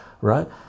right